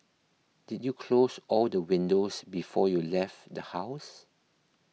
did you close all the windows before you left the house